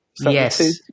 Yes